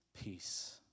peace